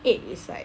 eight is like